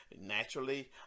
Naturally